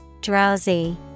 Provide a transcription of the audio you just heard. Drowsy